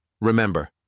Remember